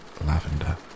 lavender